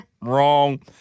wrong